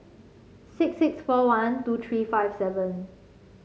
six six four one two three five seven